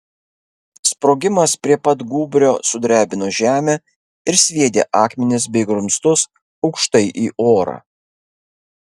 sprogimas prie pat gūbrio sudrebino žemę ir sviedė akmenis bei grumstus aukštai į orą